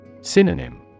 Synonym